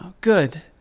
Good